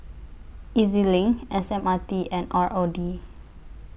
E Z LINK S M R T and R O D